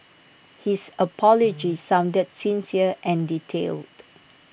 his apology sounded sincere and detailed